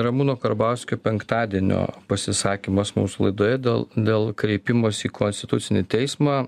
ramūno karbauskio penktadienio pasisakymas mūsų laidoje dėl dėl kreipimosi į konstitucinį teismą